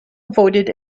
voted